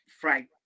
frank